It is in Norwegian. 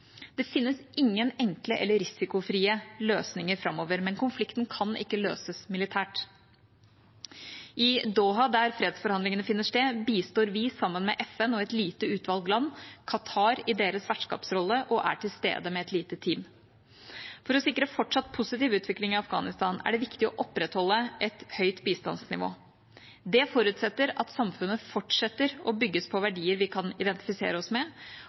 Det finnes ingen enkle eller risikofrie løsninger framover, men konflikten kan ikke løses militært. I Doha, der fredsforhandlingene finner sted, bistår vi sammen med FN og et lite utvalg land Qatar i deres vertskapsrolle og er til stede med et lite team. For å sikre fortsatt positiv utvikling i Afghanistan er det viktig å opprettholde et høyt bistandsnivå. Det forutsetter at samfunnet fortsetter å bygges på verdier vi kan identifisere oss med,